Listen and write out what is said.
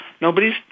Nobody's